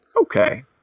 Okay